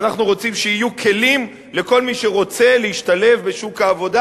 ואנחנו רוצים שיהיו כלים לכל מי שרוצה להשתלב בשוק העבודה,